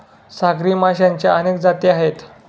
सागरी माशांच्या अनेक जाती आहेत